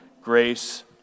grace